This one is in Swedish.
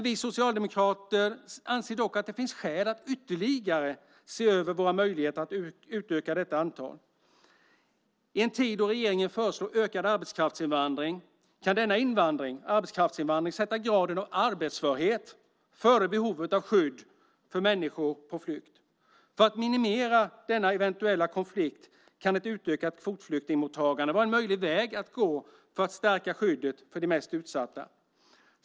Vi socialdemokrater anser dock att det finns skäl att ytterligare se över våra möjligheter att utöka detta antal. I en tid då regeringen föreslår ökad arbetskraftsinvandring kan denna invandring sätta graden av arbetsförhet före behovet av skydd för människor på flykt. För att minimera denna eventuella konflikt kan ett utökat kvotflyktingmottagande vara en möjlig väg att gå för att stärka skyddet för de mest utsatta.